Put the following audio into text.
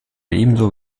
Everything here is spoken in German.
ebenso